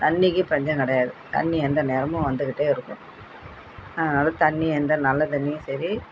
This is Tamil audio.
தண்ணிக்கு பஞ்சம் கிடையாது தண்ணி எந்த நேரமும் வந்துக்கிட்டே இருக்கும் அதனால் தண்ணி எந்த நல்ல தண்ணியும் சரி